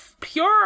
pure